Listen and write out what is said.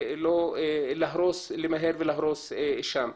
ולא למהר ולהרוס שם.